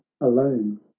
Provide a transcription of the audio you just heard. alone